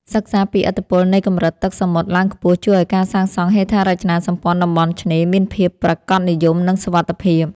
សិក្សាពីឥទ្ធិពលនៃកម្រិតទឹកសមុទ្រឡើងខ្ពស់ជួយឱ្យការសាងសង់ហេដ្ឋារចនាសម្ព័ន្ធតំបន់ឆ្នេរមានភាពប្រាកដនិយមនិងសុវត្ថិភាព។